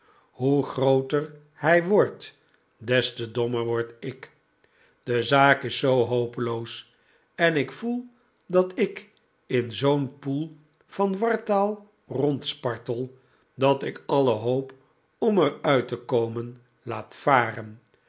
hoe grooter hij wordt des te dommer word ik de zaak is zoo hopeloos en ik voel dat ik in zoo'n poel van wartaal rondspartel dat ik alle hoop om er uit te komen laat varen